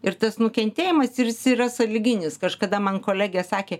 ir tas nukentėjimas ir jis yra sąlyginis kažkada man kolegė sakė